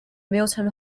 milton